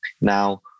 Now